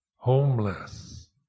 Homeless